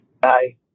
bye